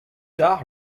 tard